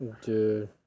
Dude